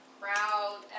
crowd